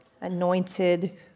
anointed